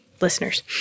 listeners